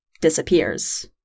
disappears